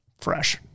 fresh